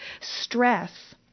stress